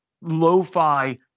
lo-fi